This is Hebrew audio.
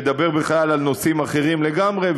לדבר בכלל על נושאים אחרים לגמרי,